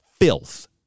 Filth